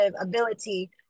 ability